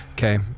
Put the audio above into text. Okay